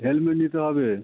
helmet নিতে হবে